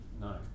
No